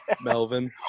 Melvin